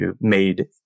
made